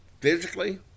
physically